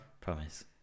Promise